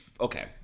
okay